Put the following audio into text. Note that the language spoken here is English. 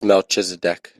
melchizedek